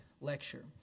Lecture